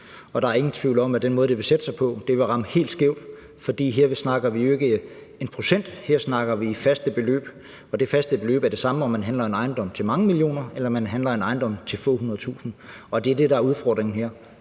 Der er ingen tvivl om, at den måde, det vil sætte sig på, vil ramme helt skævt, for her snakker vi jo ikke om procent, her snakker vi om faste beløb, og det faste beløb er det samme, uanset om man handler en ejendom til mange millioner eller man handler en ejendom til få hundrede tusinde. Det er det, der er udfordringen her.